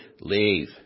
Leave